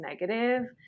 negative